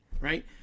right